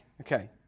Okay